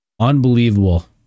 Unbelievable